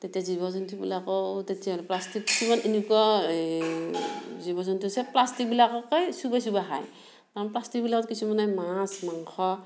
তেতিয়া জীৱ জন্তুবিলাকো তেতিয়া প্লাষ্টিক কিছুমান এনেকুৱা এই জীৱ জন্তু হৈছে প্লাষ্টিকবিলাককে চুবাই চুবাই খায় কাৰণ প্লাষ্টিকবিলাকত কিছুমানে মাছ মাংস